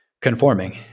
conforming